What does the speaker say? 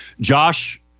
Josh